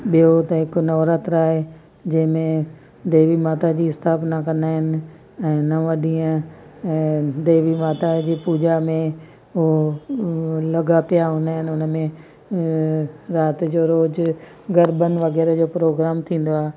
ॿियो त हिकु नवरात्रा आहे जंहिं में देवी माता जी स्थापना कंदा आहिनि ऐं नव ॾींहं ऐं देवी माता जी पूॼा में हो लॻा पिया हूंदा आहिनि उन में राति जो रोज़ु गरबनि वग़ैरह जो प्रोग्राम थींदो आहे